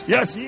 Yes